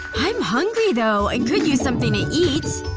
i'm hungry, though and could use something to eat